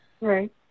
right